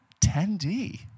10D